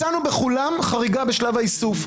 מצאנו בכולם חריגה בשלב האיסוף.